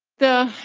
the